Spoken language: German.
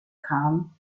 kam